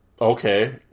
okay